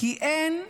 כי אין מיגונית,